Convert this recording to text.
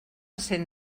cent